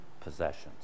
possessions